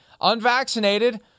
unvaccinated